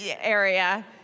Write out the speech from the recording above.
area